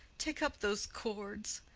take up those cords.